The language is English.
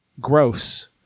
gross